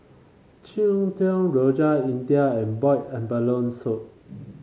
Cheng Tng Rojak India and Boiled Abalone Soup